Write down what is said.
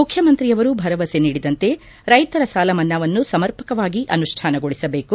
ಮುಖ್ಯಮಂತ್ರಿಯವರು ಭರವಸೆ ನೀಡಿದಂತೆ ರೈತರ ಸಾಲ ಮನ್ನಾವನ್ನು ಸಮರ್ಪಕವಾಗಿ ಅನುಷ್ಠಾನಗೊಳಿಸಬೇಕು